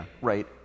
Right